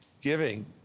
giving